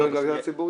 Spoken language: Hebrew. איזה קבוצה,